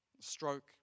Stroke